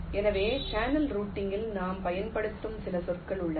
எனவே சேனல் ரூட்டிங்கில் நாம் பயன்படுத்தும் சில சொற்கள் உள்ளன